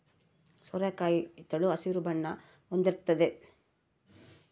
ಸೋರೆಕಾಯಿ ತೆಳು ಹಸಿರು ಬಣ್ಣ ಹೊಂದಿರ್ತತೆ